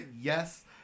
yes